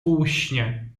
półśnie